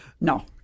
No